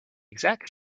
exact